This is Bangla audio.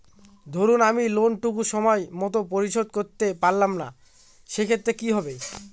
ধরুন আমি লোন টুকু সময় মত পরিশোধ করতে পারলাম না সেক্ষেত্রে কি হবে?